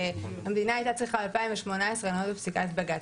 שהמדינה הייתה צריכה ב-2018 לעמוד בפסיקת בג"צ.